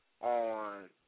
on